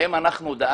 האם אנחנו דאגנו